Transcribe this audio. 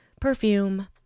perfume